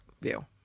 view